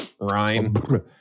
Rhyme